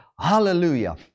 Hallelujah